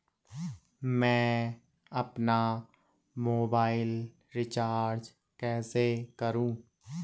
मैं अपना mobile recharge कैसे करूँ?